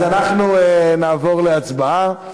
אז אנחנו נעבור להצבעה.